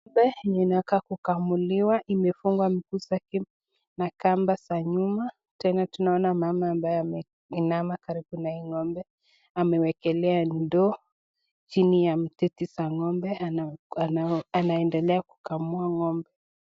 Ng'ombe yenye inakaa kukamuliwa imefungwa miguu zake na kamba za nyuma, tena tunaona mama ambaye ameinama karibu na hii ng'ombe amewekelea ndoo chini ya matiti za ngombe anaendelea kukamua ng'ombe.